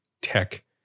tech